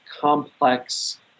complex